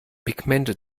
pigmente